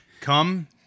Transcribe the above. come